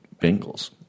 Bengals